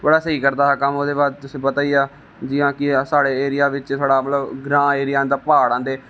बड़ा स्हेई करदा हा कम्म ओहदे बाद तुसें गी पता गै हा जियां कि अस साढ़े एरिया बिच बड़ा मतलब ग्रां दा एरिया आंदा प्हाड आंदे